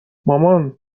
مامان